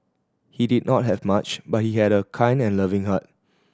he did not have much but he had a kind and loving heart